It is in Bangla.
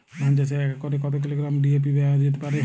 ধান চাষে এক একরে কত কিলোগ্রাম ডি.এ.পি দেওয়া যেতে পারে?